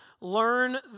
learn